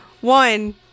One